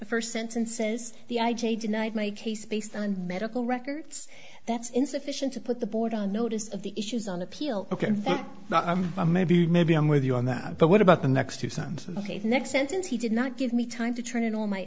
first sentences the i j a denied my case based on medical records that's insufficient to put the board on notice of the issues on appeal ok i'm a maybe maybe i'm with you on that but what about the next two sentences next sentence he did not give me time to turn it on my